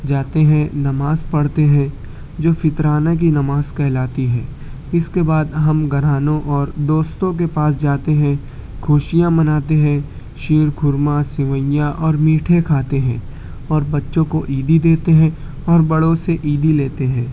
جاتے ہیں نماز پڑھتے ہیں جو فطرانہ کی نماز کہلاتی ہے اس کے بعد ہم گھرانوں اور دوستوں کے پاس جاتے ہیں خوشیاں مناتے ہیں شیر خورمہ سویاں اور میٹھے کھاتے ہیں اور بچوں کو عیدی دیتے ہیں اور بڑوں سے عیدی لیتے ہیں